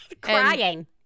Crying